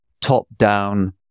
top-down